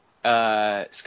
Scott